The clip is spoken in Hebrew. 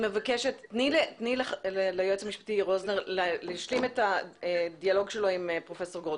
תני ליועץ המשפטי תומר רוזנר להשלים את הדיאלוג שלו עם פרופסור גרוטו.